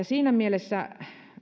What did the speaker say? siinä mielessä